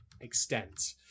extent